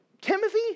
Timothy